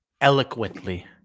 eloquently